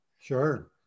Sure